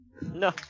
no